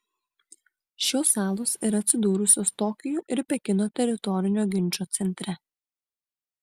šios salos yra atsidūrusios tokijo ir pekino teritorinio ginčo centre